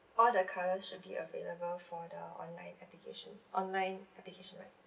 all the colour should be available for the online application online application right